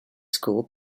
school